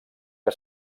que